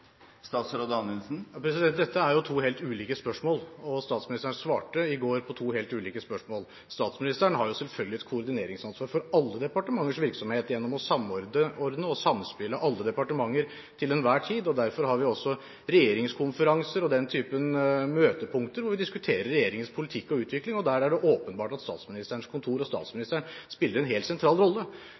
Dette er jo to helt ulike spørsmål, og statsministeren svarte i går på to helt ulike spørsmål. Statsministeren har selvfølgelig et koordineringsansvar for alle departementers virksomhet gjennom å samordne og samspille alle departementer til enhver tid. Derfor har vi også regjeringskonferanser og den typen møtepunkter hvor vi diskuterer regjeringens politikk og utvikling, og der er det åpenbart at Statsministerens kontor og statsministeren spiller en helt sentral rolle.